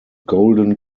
golden